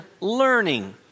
learning